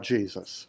Jesus